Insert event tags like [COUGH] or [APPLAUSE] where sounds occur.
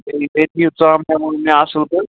[UNINTELLIGIBLE] بیٚیہِ دِیِو ژامنیٛا وامنیٛا اصٕل پٲٹھۍ